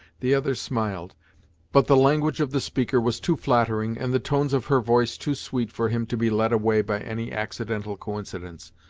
the other smiled but the language of the speaker was too flattering, and the tones of her voice too sweet for him to be led away by any accidental coincidence,